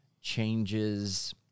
changes